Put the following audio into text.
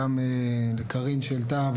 גם לקארין שהעלתה,